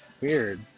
weird